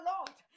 Lord